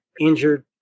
injured